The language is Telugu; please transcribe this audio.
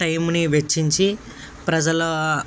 టైంని వెచ్చించి ప్రజల